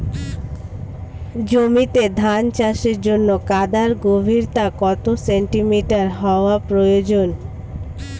জমিতে ধান চাষের জন্য কাদার গভীরতা কত সেন্টিমিটার হওয়া প্রয়োজন?